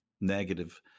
negative